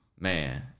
Man